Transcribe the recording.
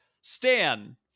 Stan